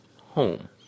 home